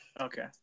okay